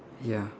ya